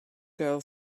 girl